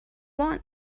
want